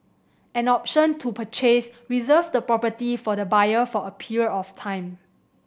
an option to purchase reserve the property for the buyer for a period of time